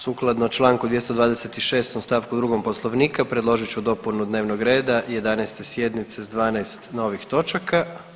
Sukladno Članku 226. stavku 2. Poslovnika predložit ću dopunu dnevnog reda 11. sjednice s 12 novih točaka.